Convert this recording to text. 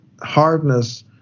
hardness